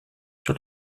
sur